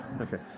Okay